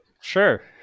sure